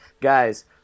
Guys